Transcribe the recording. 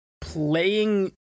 playing